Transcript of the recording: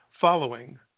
following